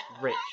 rich